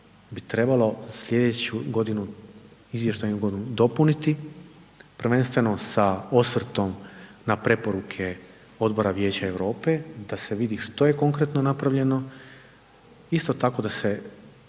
bi trebalo sljedeću izvještajnu godinu dopuniti, prvenstveno sa osvrtom na preporuke Odbora Vijeća Europe da se vidi što je konkretno napravljeno, isto tako da se